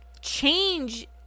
change